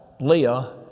Leah